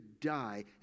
die